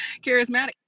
charismatic